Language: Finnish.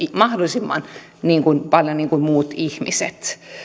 mahdollisimman paljon niin kuin muut ihmiset